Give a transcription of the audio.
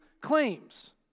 claims